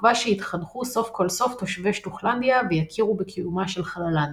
בתקווה שיתחנכו סוף כל סוף תושבי שטוחלנדיה ויכירו בקיומה של חללנדיה.